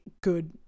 good